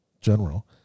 general